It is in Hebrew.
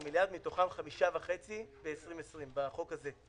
14 מיליארד, מתוכם 5.5 ל-2020 בחוק הזה.